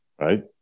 Right